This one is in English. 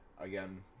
Again